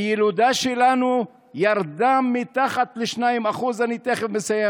הילודה שלנו ירדה מתחת ל-2% אני תכף מסיים,